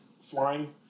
flying